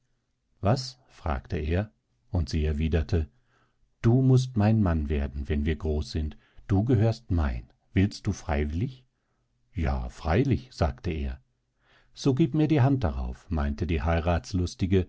was fragte er und sie erwiderte du mußt mein mann werden wenn wir groß sind du gehörst mein willst du freiwillig ja freilich sagte er so gib mir die hand darauf meinte die